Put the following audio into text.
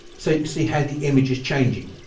so you can see how the image is changing.